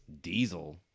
Diesel